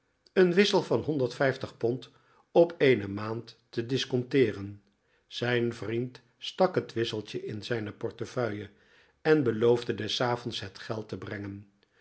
een wissel van pond op eene maand te disconteeren zijn vriend stak het wisseltje in zijne portefeuille en beloofde des avonds het geld te brengen